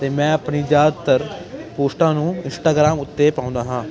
ਅਤੇ ਮੈਂ ਆਪਣੀ ਜ਼ਿਆਦਾਤਰ ਪੋਸਟਾਂ ਨੂੰ ਇੰਸਟਾਗਰਾਮ ਉੱਤੇ ਪਾਉਂਦਾ ਹਾਂ